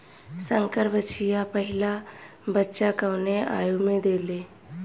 संकर बछिया पहिला बच्चा कवने आयु में देले?